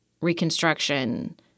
Reconstruction